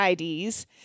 IDs